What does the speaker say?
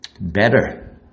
better